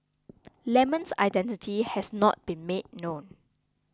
lemon's identity has not been made known